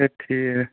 اچھا ٹھیٖک